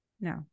No